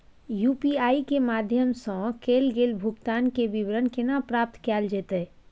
UPI के माध्यम सं कैल गेल भुगतान, के विवरण केना प्राप्त कैल जेतै?